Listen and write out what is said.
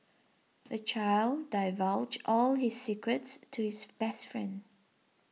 the child divulged all his secrets to his best friend